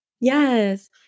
Yes